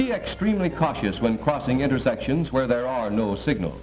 be extremely cautious when crossing intersections where there are no signal